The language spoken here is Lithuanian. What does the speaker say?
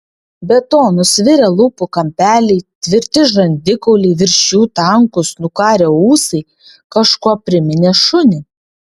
be to nusvirę lūpų kampeliai tvirti žandikauliai virš jų tankūs nukarę ūsai kažkuo priminė šunį